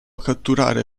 catturare